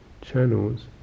channels